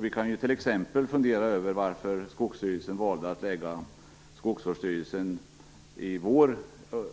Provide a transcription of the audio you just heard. Vi kan t.ex. fundera över varför Skogsstyrelsen valde att förlägga skogsvårdsstyrelsen i vår